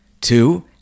Two